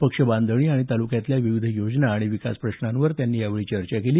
पक्ष बांधणी आणि तालुक्यातल्या विविध योजना आणि विकास पश्नांवर त्यांनी यावेळी चर्चा केली